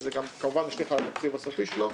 שזה כמובן משליך גם על התקציב הסופי שלו,